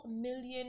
million